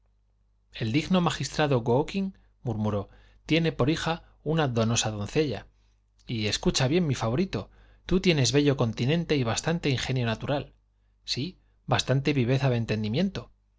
el digno magistrado gookin murmuró tiene por hija una donosa doncella y escucha bien mi favorito tú tienes bello continente y bastante ingenio natural sí bastante viveza de entendimiento